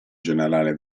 generale